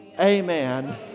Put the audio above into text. Amen